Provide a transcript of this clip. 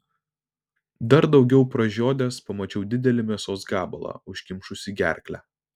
dar daugiau pražiodęs pamačiau didelį mėsos gabalą užkimšusį gerklę